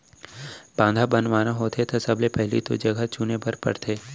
बांधा बनाना होथे त सबले पहिली तो जघा चुने बर परथे